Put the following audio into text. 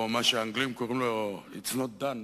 או מה שהאנגלים קוראים לו It's not done,